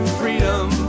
freedom